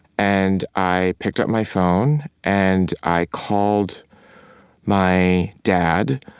and i picked up my phone, and i called my dad,